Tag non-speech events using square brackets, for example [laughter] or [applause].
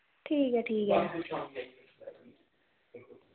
ठीक ऐ ठीक ऐ [unintelligible]